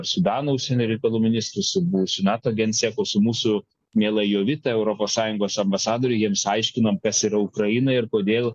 sudano užsienio reikalų ministru su buvusiu nato genseku su mūsų miela jovita europos sąjungos ambasadore jiems aiškinom kas yra ukraina ir kodėl